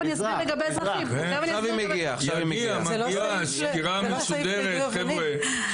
עכשיו היא מגיעה, סקירה מסודרת, חבר'ה,